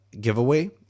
giveaway